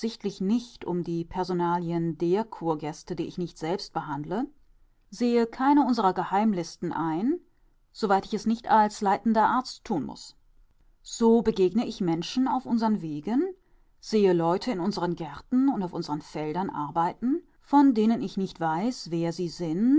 nicht um die personalien der kurgäste die ich nicht selbst behandle sehe keine unserer geheimlisten ein soweit ich es nicht als leitender arzt tun muß so begegne ich menschen auf unseren wegen sehe leute in unseren gärten und auf unseren feldern arbeiten von denen ich nicht weiß wer sie sind